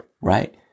right